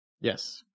Yes